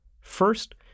First